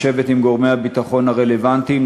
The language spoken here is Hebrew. לשבת עם גורמי הביטחון הרלוונטיים,